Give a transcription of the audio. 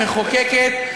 מחוקקת,